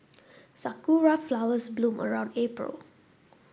sakura flowers bloom around April